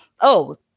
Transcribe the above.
oh-